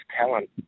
talent